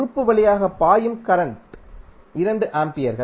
உறுப்பு வழியாக பாயும் கரண்ட் 2 ஆம்பியர்கள்